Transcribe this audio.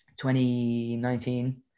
2019